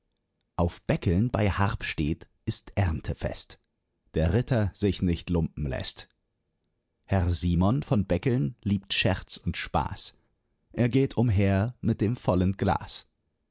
auf beckeln bei harpstedt ist erntefest der ritter sich nicht lumpen läßt herr simon von beckeln liebt scherz und spaß er geht umher mit dem vollen glas